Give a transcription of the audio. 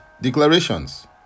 declarations